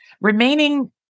remaining